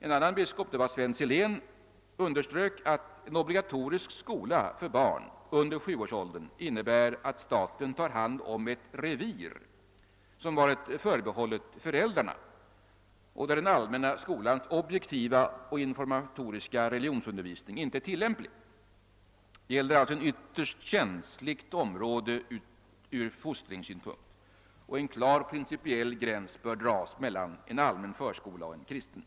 En annan biskop, Sven Silén, underströk att en obligatorisk skola för barn under sjuårsåldern innebär att staten tar hand om ett revir, som varit förbehållet föräldrarna och där den allmänna skolans objektiva och informatoriska religionsundervisning inte är tillämplig. Det gäller alltså ett ytterst känsligt område från fostringssynpunkt, och en klar principiell gräns bör dras mellan en allmän förskola och en kristen.